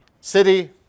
city